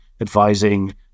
advising